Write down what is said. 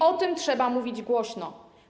O tym trzeba mówić głośno.